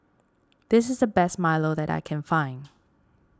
this is the best Milo that I can find